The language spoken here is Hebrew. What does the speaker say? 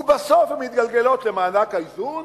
ובסוף הן מתגלגלות למענק האיזון,